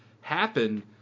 happen